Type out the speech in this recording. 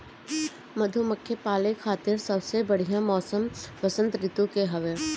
मधुमक्खी पाले खातिर सबसे बढ़िया मौसम वसंत ऋतू के हवे